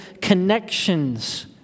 connections